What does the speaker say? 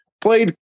played